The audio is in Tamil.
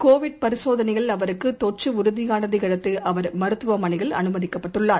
கோவிட் பரிசோதனையில் அவருக்குதொற்றுஉறுதியானதையடுத்துஅவர் மருத்துவமனையில் அனுமதிக்கப்பட்டார்